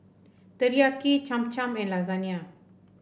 Teriyaki Cham Cham and Lasagne